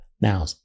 now